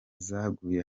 zaguye